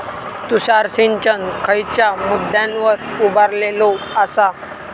तुषार सिंचन खयच्या मुद्द्यांवर उभारलेलो आसा?